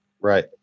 Right